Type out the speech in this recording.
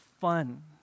fun